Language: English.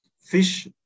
fish